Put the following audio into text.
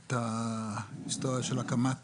את ההיסטוריה של הקמת